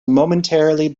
momentarily